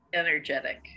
energetic